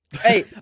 Hey